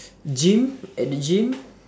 gym at the gym